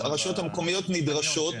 המקומיות נדרשות